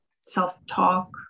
self-talk